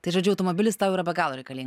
tai žodžiu automobilis tau yra be galo reikalin